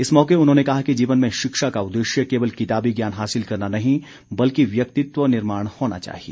इस मौके उन्होंने कहा कि जीवन में शिक्षा का उददेश्य केवल किताबी ज्ञान हासिल करना नहीं बल्कि व्यक्तित्व निर्माण होना चाहिए